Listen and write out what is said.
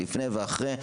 לפני ואחרי,